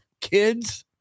kids